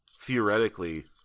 theoretically